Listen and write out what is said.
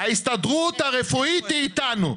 ההסתדרות הרפואית היא איתנו.